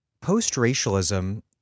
Post-racialism